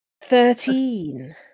Thirteen